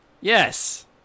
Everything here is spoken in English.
yes